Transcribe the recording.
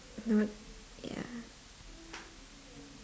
not yeah